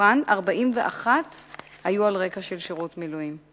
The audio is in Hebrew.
מהן 41 היו על רקע של שירות מילואים.